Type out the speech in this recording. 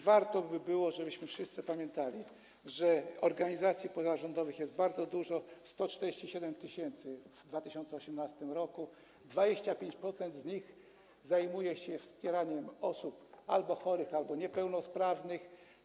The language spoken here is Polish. Warto, żebyśmy wszyscy pamiętali, że organizacji pozarządowych jest bardzo dużo - 147 tys. w 2018 r. 25% z nich zajmuje się wspieraniem osób chorych albo niepełnosprawnych.